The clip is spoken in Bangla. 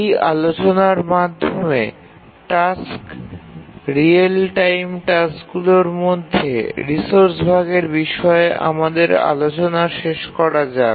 এই আলোচনার মাধ্যমে টাস্ক রিয়েল টাইম টাস্কগুলির মধ্যে রিসোর্স ভাগের বিষয়ে আমাদের আলোচনা শেষ করা যাক